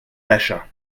d’achat